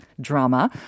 drama